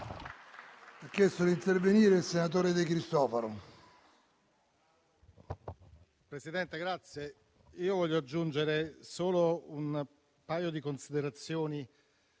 Presidente, voglio aggiungere solo un paio di considerazioni